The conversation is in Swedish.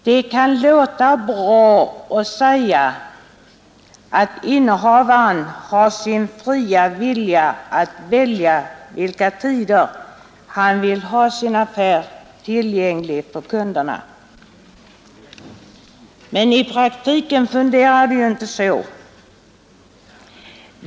Det kan låta bra när man säger att innehavaren har sin fria vilja att välja vilka tider han önskar ha sin affär tillgänglig för kunderna, men i praktiken fungerar det inte så.